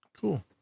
Cool